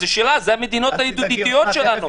אז השאלה זו המדינות הידידותיות שלנו,